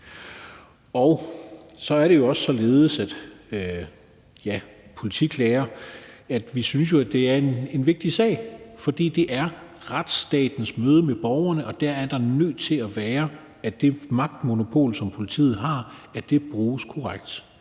Så er det jo også således, at vi synes, at politiklager er en vigtig sag, fordi det er retsstatens møde med borgerne, og der er det nødt til at være sådan, at det magtmonopol, som politiet har, bruges korrekt,